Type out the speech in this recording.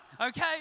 okay